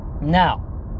Now